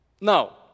No